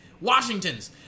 Washington's